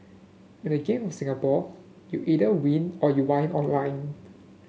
in the Game of Singapore you either win or you whine online